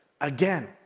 again